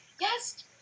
yes